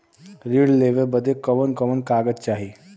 ऋण लेवे बदे कवन कवन कागज चाही?